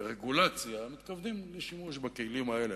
רגולציה מתכוונים לשימוש בכלים האלה.